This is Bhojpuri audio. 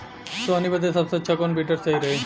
सोहनी बदे सबसे अच्छा कौन वीडर सही रही?